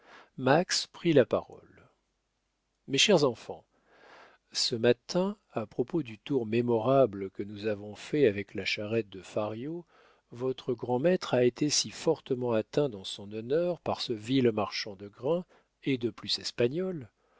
prit la parole mes chers enfants ce matin à propos du tour mémorable que nous avons fait avec la charrette de fario votre grand-maître a été si fortement atteint dans son honneur par ce vil marchand de grains et de plus espagnol